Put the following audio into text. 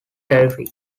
terrific